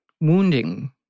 wounding